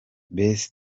best